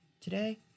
Today